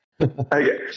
Okay